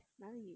哪里